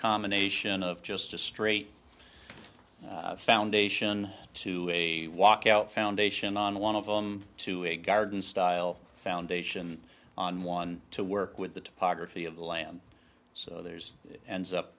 combination of just a straight foundation to a walkout foundation and one of them to a garden style foundation on one to work with the topography of the land so there's and up